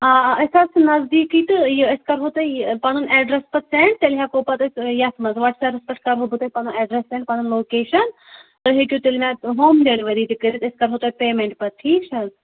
آ آ أسۍ حظ چھِ نزدیٖکٕے تہٕ یہِ أسۍ کَرہو تۄہہِ یہِ پَنُن اٮ۪ڈرس پتہٕ سٮ۪نٛڈ تیٚلہِ ہٮ۪کو پتہٕ أسۍ یَتھ منٛز وٹٕس اٮ۪پس پٮ۪ٹھ کرہو بہٕ تۄہہِ پنُن اٮ۪ڈرس سٮ۪نٛڈ پنُن لوکیٚشن تُہۍ ہیٚکِو تیٚلہِ مےٚ ہوم ڈیٚلؤری تہِ کٔرِتھ أسۍ کرہو تۄہہِ پیٚمٮ۪نٛٹ پتہٕ ٹھیٖک چھِ حظ